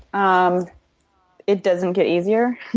um it doesn't get easier.